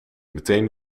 meteen